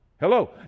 hello